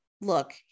look